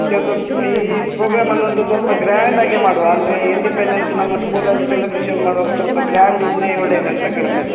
ಮತ್ತೆ ಒಂದು ಈ ಪ್ರೋಗ್ರಾಮ್ನ್ನು ಒಂದು ಸ್ವಲ್ಪ ಗ್ರ್ಯಾಂಡ್ ಆಗಿಯೇ ಮಾಡುವ ಅಂದ್ರೆ ಇಂಡಿಪೆಂಡನ್ಸ್ ನಮ್ಮ ಸ್ಕೂಲಲ್ಲಿ ಸೆಲೆಬ್ರೇಶನ್ ಮಾಡುವಾಗ ಸ್ವಲ್ಪ ಗ್ರ್ಯಾಂಡ್ ಇದ್ರೆ ಒಳ್ಳೇದಂತ ಕಾಣ್ತದೆ